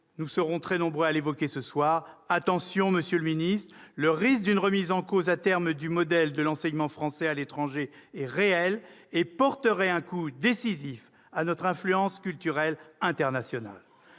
nous serons très nombreux à l'évoquer ce soir. Attention, monsieur le ministre, le risque d'une remise en cause, à terme, du modèle de l'enseignement français à l'étranger est réel. Elle porterait un coup décisif à notre influence culturelle internationale.